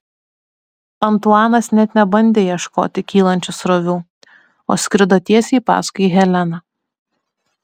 antuanas net nebandė ieškoti kylančių srovių o skrido tiesiai paskui heleną